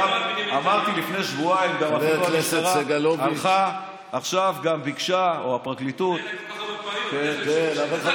אף אחד לא בדק כמה עלה ולמה